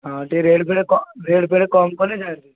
ହଁ ଟିକେ ରେଟ୍ ଫେଟ ରେଟ୍ ଫେଟ କମ୍ କଲେ